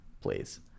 please